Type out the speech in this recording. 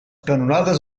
canonades